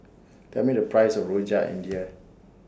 Tell Me The Price of Rojak India